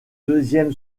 deuxième